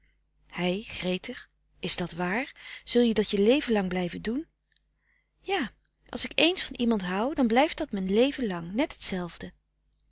hij gretig is dat waar zul je dat je leven lang blijven doen ja als ik eens van iemand hou dan blijft dat m'n leven lang net